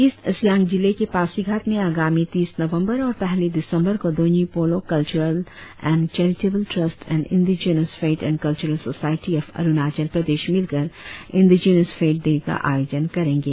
east Siang जिले के पासीघाट में आगामी तीस नवंबर और पहली दिसंबर को Donyi Polo cultural and charitable trust and indigenous faith and cultural society of Arunachal Pradesh मिलकर इंडिजिनस फ़ेथ डे का आयोजन करेगें